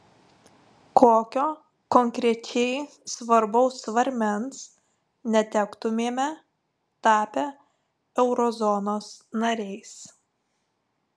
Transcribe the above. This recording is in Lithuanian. kokio konkrečiai svarbaus svarmens netektumėme tapę eurozonos nariais